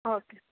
okay